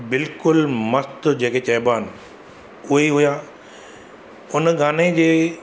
बिल्कुलु मस्तु जेके चइबो आहे उहेई हुआ उन गाने जे